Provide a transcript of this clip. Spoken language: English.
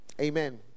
amen